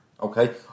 okay